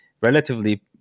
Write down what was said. relatively